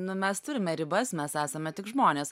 nu mes turime ribas mes esame tik žmonės